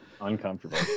uncomfortable